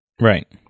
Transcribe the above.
Right